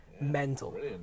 mental